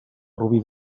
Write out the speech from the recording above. rubí